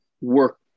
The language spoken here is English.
work